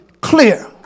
clear